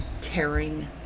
tearing